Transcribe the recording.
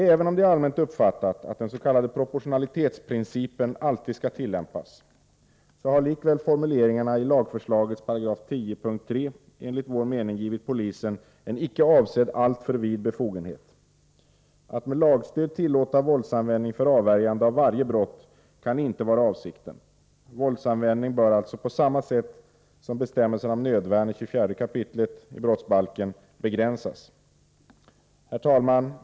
Även om det är allmänt uppfattat att den s.k. proportionalitetsprincipen alltid skall tillämpas har formuleringen i lagförslagets 10§ p. 3 enligt vår mening givit polisen en icke avsedd alltför vid befogenhet. Att med stöd av lagen tillåta våldsanvändning för avvärjande av varje brott kan inte vara avsikten. Våldsanvändningen bör alltså begränsas på samma sätt som i bestämmelserna om nödvärn i 24 kap. 1§ brottsbalken. Herr talman!